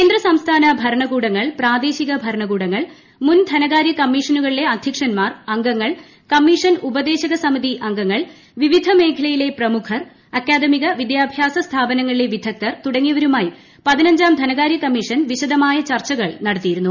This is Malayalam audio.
കേന്ദ്ര സംസ്ഥാന ഭരണകൂടങ്ങൾ പ്രാദേശിക ഭരണകൂടങ്ങൾ മുൻ ധനകാര്യ കമ്മീഷനുകളിലെ അധൃക്ഷന്മാർ അംഗങ്ങൾ കമ്മീഷൻ ഉപദേശക സമിതി അംഗങ്ങൾ വിവിധ മേഖലയിലെ പ്രമുഖർ അക്കാദമിക വിദ്യാഭ്യാസ സ്ഥാപനങ്ങളിലെ വിദഗ്ദർ തുടങ്ങിയവരുമായി പതിനഞ്ചാം ധനകാര്യ കമ്മീഷൻ വിശദമായ ചർച്ചകൾ നടത്തിയിരുന്നു